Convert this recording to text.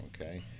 okay